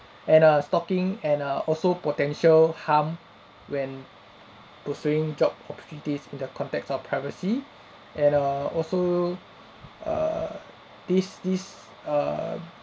and err stalking and err also potential harm when pursuing job opportunities in the context of privacy and err also err this this err